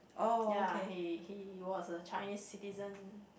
ya he he was a Chinese citizen